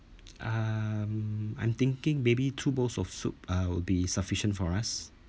uh I'm thinking maybe two bowls of soup uh will be sufficient for us